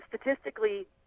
Statistically